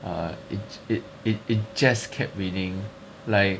uh it it it it just kept raining like